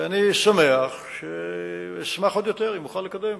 ואני שמח, אשמח עוד יותר אם אוכל לקדם